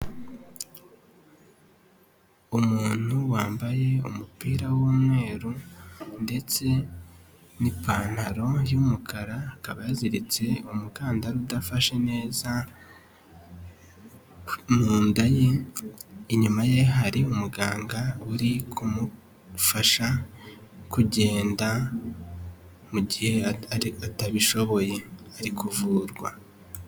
Umuntu wambaye umupira w'umweru ndetse n'ipantaro y'umukara, akaba yaziritse umukandara udafashe neza mu nda ye, inyuma ye hari umuganga uri kumufasha kugenda gihe atabishoboye, ari kuvurwa.